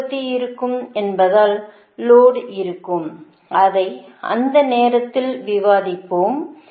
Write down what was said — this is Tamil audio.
உற்பத்தி இருக்கும் என்பதால் லோடு இருக்கும்அதை அந்த நேரத்தில் விவாதிப்போம்